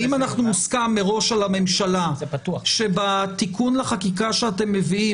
ואם מוסכם מראש על הממשלה שבתיקון לחקיקה שאתם מביאים,